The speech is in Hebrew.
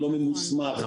לא ממוסמך,